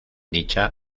dicha